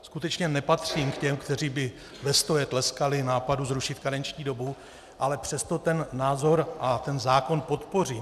Skutečně nepatřím k těm, kteří by vestoje tleskali nápadu zrušit karenční dobu, ale přesto ten názor a ten zákon podpořím.